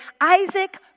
Isaac